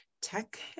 tech